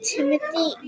Timothy